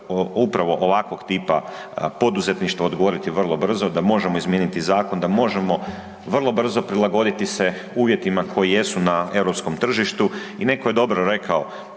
upravo ovakvog tipka poduzetništva odgovoriti vrlo brzo, da možemo izmijeniti zakon, da možemo vrlo brzo prilagoditi se uvjetima koji jesu na europskom tržištu i netko je dobro rekao,